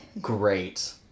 Great